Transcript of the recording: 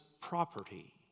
property